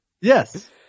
Yes